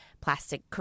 plastic